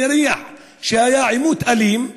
מריח עימות אלים,